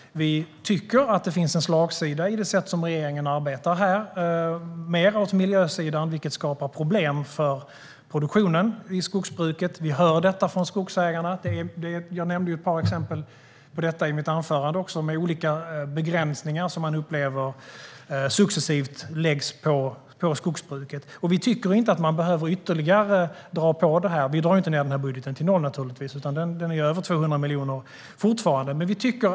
Vi tycker att det finns en slagsida mer åt miljösidan i det sätt som regeringen arbetar här, vilket skapar problem för produktionen i skogsbruket. Vi hör detta från skogsägarna. Jag nämnde ett par exempel på detta i mitt anförande med olika begränsningar som man upplever successivt läggs på skogsbruket. Vi tycker inte att man behöver ytterligare dra på detta. Vi drar inte ned budgeten till noll, naturligtvis, utan den är fortfarande över 200 miljoner.